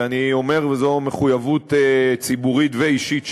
ואני אומר, וזו מחויבות ציבורית ואישית שלי,